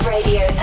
Radio